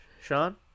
Sean